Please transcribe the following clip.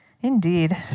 Indeed